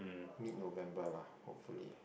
mid November lah hopefully